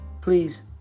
please